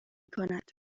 میکند